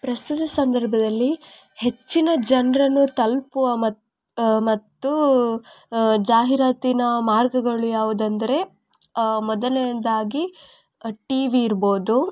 ಪ್ರಸ್ತುತ ಸಂದರ್ಭದಲ್ಲಿ ಹೆಚ್ಚಿನ ಜನರನ್ನು ತಲುಪುವ ಮತ್ತು ಮತ್ತೂ ಜಾಹಿರಾತಿನ ಮಾರ್ಗಗಳು ಯಾವುದೆಂದರೆ ಮೊದಲನೆಯದಾಗಿ ಟಿವಿ ಇರ್ಬೋದು